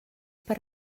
per